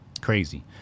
Crazy